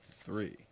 three